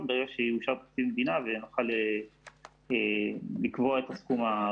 ברגע שיאושר תקציב מדינה ונוכל לקבוע את הסכום.